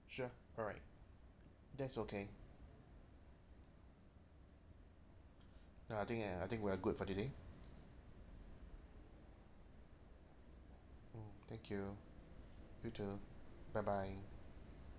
sure alright that's okay no I think uh I think we are good for today mm thank you you too bye bye